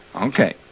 Okay